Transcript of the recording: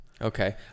Okay